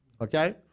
okay